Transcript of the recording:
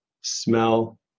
smell